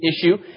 issue